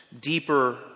deeper